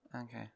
Okay